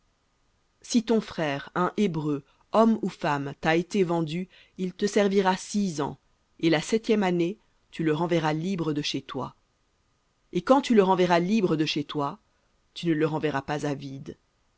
si ton frère un hébreu homme ou femme t'a été vendu il te servira six ans et la septième année tu le renverras libre de chez toi et quand tu le renverras libre de chez toi tu ne le renverras pas à vide